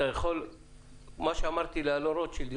כמו שאמרתי לרוטשילד,